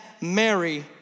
Mary